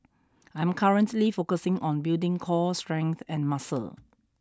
I am currently focusing on building core strength and muscle